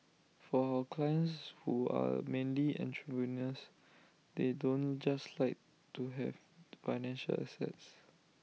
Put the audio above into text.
for our clients who are mainly entrepreneurs they don't just like to have financial assets